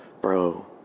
bro